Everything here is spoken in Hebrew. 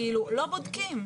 כאילו, לא בודקים.